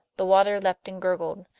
the water leapt and gurgled,